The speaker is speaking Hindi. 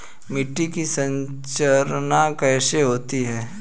मिट्टी की संरचना कैसे होती है?